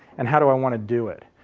and how do i want to do it?